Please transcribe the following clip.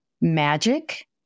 magic